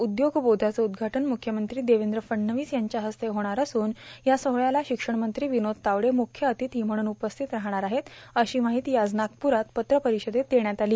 उद्योगबोधचे उद्घाटन मुख्यमंत्री देवेंद्र फडणवीस यांच्या हस्ते होणार असून या सोहळ्यास शिक्षणमंत्री विनोद तावडे मुख्य अतिथी म्हणून उपस्थित राहणार आहेत अशी माहिती पत्रपरिषदेत देण्यात आली